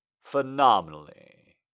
phenomenally